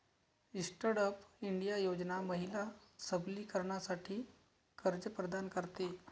stand up India योजना महिला सबलीकरणासाठी कर्ज प्रदान करते